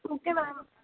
okay ma'am